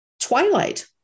Twilight